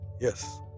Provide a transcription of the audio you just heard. yes